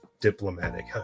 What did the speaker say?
diplomatic